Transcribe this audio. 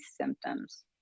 symptoms